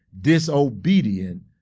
disobedient